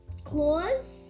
claws